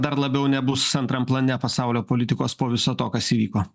dar labiau nebus antram plane pasaulio politikos po viso to kas įvyko